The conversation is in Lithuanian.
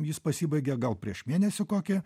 jis pasibaigė gal prieš mėnesį kokį